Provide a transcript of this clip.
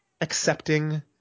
accepting